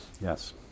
Yes